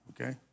Okay